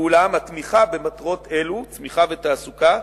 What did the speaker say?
ואולם התמיכה במטרות אלו, צמיחה ותעסוקה,